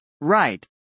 Right